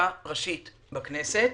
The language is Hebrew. חקיקה ראשית בכנסת,